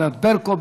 ענת ברקו,